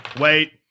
Wait